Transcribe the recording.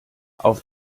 auf